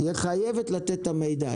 תהיה חייבת לתת את המידע.